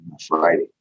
Friday